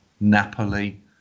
Napoli